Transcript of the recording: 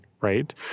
right